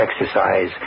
exercise